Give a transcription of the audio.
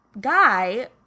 guy